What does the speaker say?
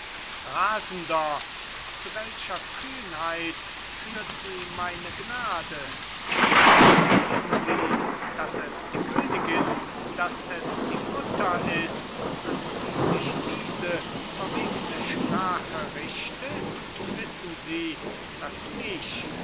rasender zu welcher kühnheit führt sie meine gnade wie wissen sie daß es die königin daß es die mutter ist an die sich diese verwegne sprache richtet wissen sie daß ich